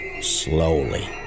Slowly